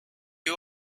you